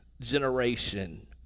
generation